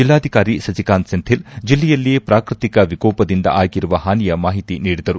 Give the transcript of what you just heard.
ಜೆಲ್ಲಾಧಿಕಾರಿ ಸಸಿಕಾಂತ್ ಸೆಂಥಿಲ್ ಜೆಲ್ಲೆಯಲ್ಲಿ ಪ್ರಾಕೃತಿಕ ವಿಕೋಪದಿಂದ ಆಗಿರುವ ಹಾನಿಯ ಮಾಹಿತಿ ನೀಡಿದರು